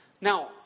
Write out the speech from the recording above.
Now